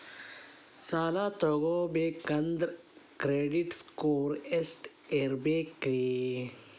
ಸಾಲ ತಗೋಬೇಕಂದ್ರ credit score ಎಷ್ಟ ಇರಬೇಕ್ರಿ?